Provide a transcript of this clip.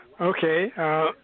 Okay